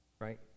right